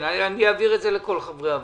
אני אעביר את זה לכל חברי הוועדה.